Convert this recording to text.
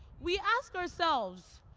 we ask ourselves,